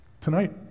tonight